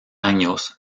años